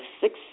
six